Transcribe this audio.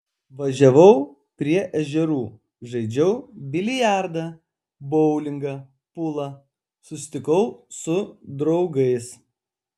važiavau prie ežerų žaidžiau biliardą boulingą pulą susitikau su draugais